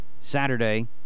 Saturday